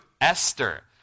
Esther